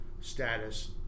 status